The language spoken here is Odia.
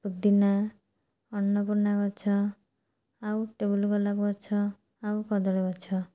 ପୁଦିନା ଅନ୍ନପୂର୍ଣ୍ଣା ଗଛ ଆଉ ଟେବୁଲ ଗୋଲାପ ଗଛ ଆଉ କଦଳୀ ଗଛ